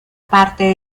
parte